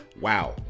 wow